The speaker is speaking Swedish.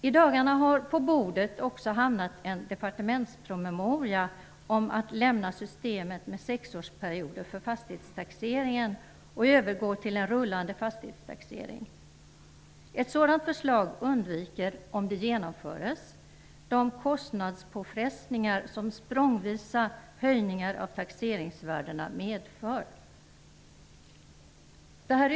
I dagarna har på riksdagens bord också hamnat en departementspromemoria, i vilken föreslås att systemet med sexårsperioder för fastighetstaxeringen lämnas och att vi övergår till en rullande fastighetstaxering. Om ett sådant förslag genomförs undviker vi de kostnadspåfrestningar som språngvisa höjningar av taxeringsvärdena medför.